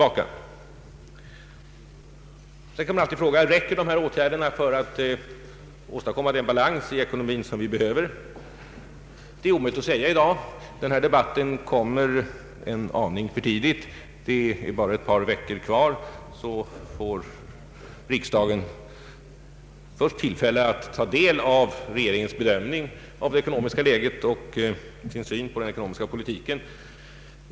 Sedan kan man alltid fråga: Räcker dessa åtgärder för att åstadkomma den balans i ekonomin som vi behöver? Det är omöjligt att säga i dag. Den här debatten kommer egentligen en aning för tidigt; det är bara ett par veckor kvar innan riksdagen får tillfälle att ta del av kompletteringspropositionen och därmed regeringens bedömning av det ekonomiska läget och regeringens syn på den ekonomiska politiken.